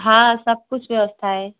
हाँ सब कुछ व्यवस्था है